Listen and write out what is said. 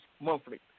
monthly